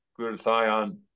glutathione